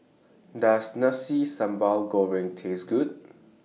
Does Nasi Sambal Goreng Taste Good